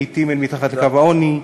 לעתים אל מתחת לקו העוני.